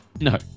no